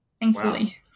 thankfully